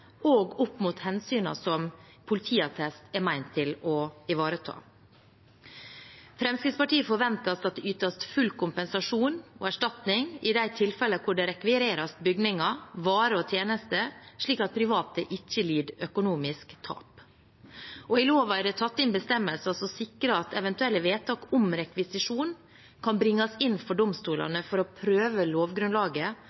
og effektiv ansettelse også opp mot hensynene som politiattest er ment å ivareta. Fremskrittspartiet forventer at det ytes full kompensasjon og erstatning i de tilfeller hvor det rekvireres bygninger, varer og tjenester, slik at private ikke lider økonomisk tap. I loven er det tatt inn bestemmelser som sikrer at eventuelle vedtak om rekvisisjon kan bringes inn for